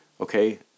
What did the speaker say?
okay